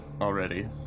already